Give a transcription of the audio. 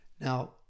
Now